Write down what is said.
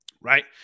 right